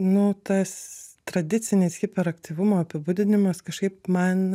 nu tas tradicinis hiperaktyvumo apibūdinimas kažkaip man